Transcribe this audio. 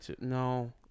No